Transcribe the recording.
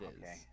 Okay